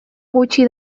gutxi